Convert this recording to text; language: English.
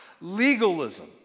legalism